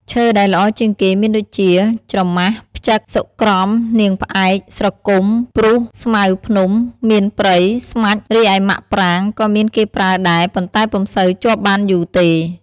ឈើដែលល្អជាងគេ មានដូចជា ច្រម៉ាស់ ផឹ្ចក សុក្រំ នាងផ្អែក ស្រគុំ ព្រូស ស្មៅភ្នំ មៀនព្រៃ ស្មាច់ រីឯម៉ាក់ប្រាង ក៏មានគេប្រើដែរ ប៉ុន្តែពុំសូវជាប់បានយូរទេ។